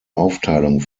aufteilung